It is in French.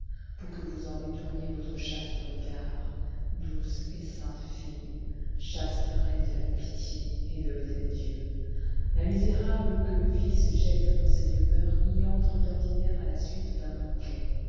pour que vous en détourniez votre chaste regard douces et saintes filles chastes reines de la pitié et de l'hôtel-dieu la misérable que le vice jette dans ces demeures y entre d'ordinaire à la suite d'un banquet